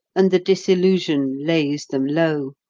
and the disillusion lays them low,